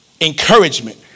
encouragement